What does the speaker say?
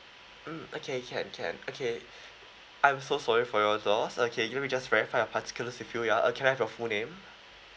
mm okay can can okay I'm so sorry for your loss okay let me just verify your particulars with you ya uh can I have your full name